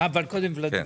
אבל קודם ולדימיר.